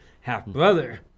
half-brother